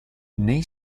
nei